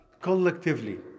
collectively